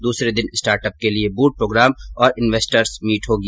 दूसरे दिन start up के लिए बूट प्रोग्राम और इंवेस्टर्स मीट होगी